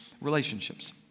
relationships